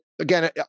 Again